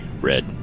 Red